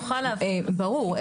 ברור.